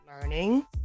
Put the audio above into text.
learning